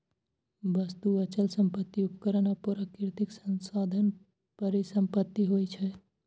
वस्तु, अचल संपत्ति, उपकरण आ प्राकृतिक संसाधन परिसंपत्ति होइ छै